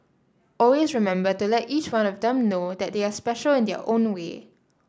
always remember to let each one of them know that they are special in their own way